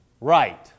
right